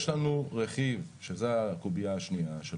יש לנו רכיב שזה הקוביה השנייה של